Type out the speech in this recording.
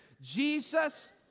Jesus